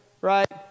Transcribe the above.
right